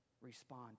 respond